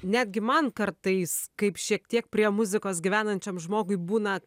netgi man kartais kaip šiek tiek prie muzikos gyvenančiam žmogui būna